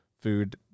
food